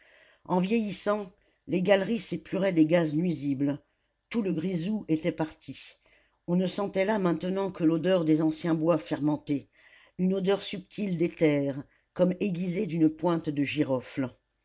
en vieillissant les galeries s'épuraient des gaz nuisibles tout le grisou était parti on ne sentait là maintenant que l'odeur des anciens bois fermentés une odeur subtile d'éther comme aiguisée d'une pointe de girofle